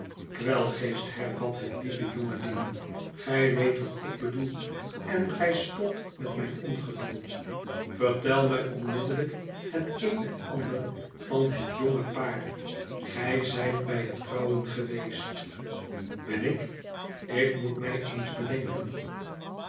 kwelgeest hervat het lieve jonge ding gij weet wat ik bedoel en gij spot met mijn ongeduld vertel mij onmiddellijk het een en ander van het jonge paar gij zijt bij het trouwen geweest ben ik ik moet mij eens bedenken